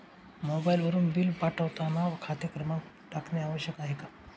मोबाईलवरून बिल पाठवताना खाते क्रमांक टाकणे आवश्यक आहे का?